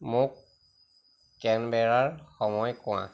মোক কেনবেৰাৰ সময় কোৱা